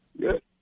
Good